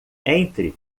entre